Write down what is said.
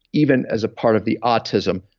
even as a part of the autism.